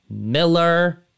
Miller